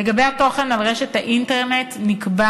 לגבי התוכן על רשת האינטרנט נקבע